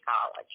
College